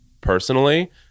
personally